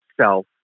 self